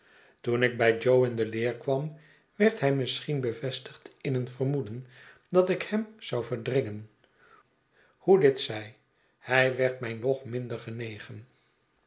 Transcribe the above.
toen ik bij jo in de leer kwam werd hij misschien bevestigd in een vermoeden datik hem zou verdringen hoe dit ztj hij werd mij nog minder genegen